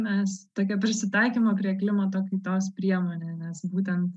mes tokia prisitaikymo prie klimato kaitos priemonė nes būtent